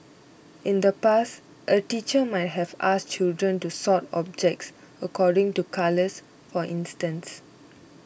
in the past a teacher might have asked children to sort objects according to colours for instance